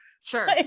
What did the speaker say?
Sure